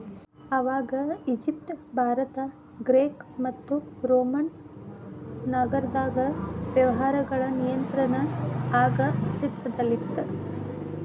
ಆವಾಗ Egypt Bharat Greek ಮತ್ತು Roman ನಾಗರದಾಗ ವ್ಯವಹಾರಗಳ ನಿಯಂತ್ರಣ ಆಗ ಅಸ್ತಿತ್ವದಲ್ಲಿತ್ತ